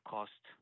Cost